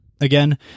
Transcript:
Again